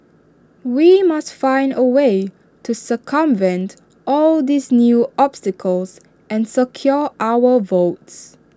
we must find A way to circumvent all these new obstacles and secure our votes